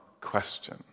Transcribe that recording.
question